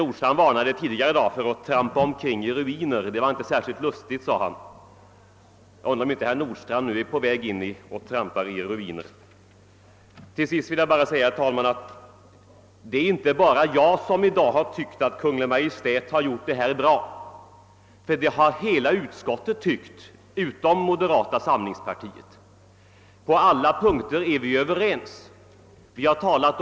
Vidare vill jag säga, herr talman, att det inte bara är jag som tycker att Kungl. Maj:t här har lagt fram ett bra förslag — det har alla i utskottet tyckt utom moderata samlingspartiets företrädare. På alla punkter är vi andra över '€ns.